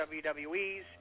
WWE's